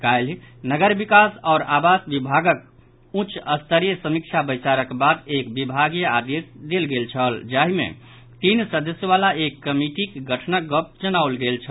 काल्हि नगर विकास आओर आवास विभागक उच्च स्तरीय समीक्षा बैसारक बाद एक विभागीय आदेश देल गेल छल जाहि मे तीन सदस्य वाला एक कमिटीक गठनक गप जनाओल गेल छल